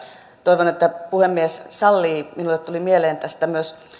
toivon että puhemies sallii minulle tuli mieleen tästä myös